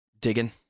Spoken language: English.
digging